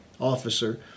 officer